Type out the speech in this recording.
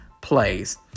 plays